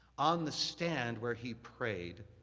on the stand where he prayed